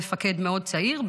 מפקד מאוד צעיר,